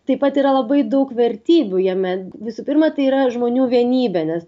taip pat yra labai daug vertybių jame visų pirma tai yra žmonių vienybė nes